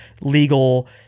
legal